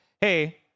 hey